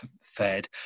Fed